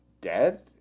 dead